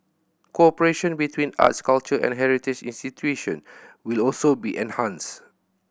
cooperation between arts culture and heritage institution will also be enhanced